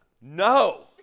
No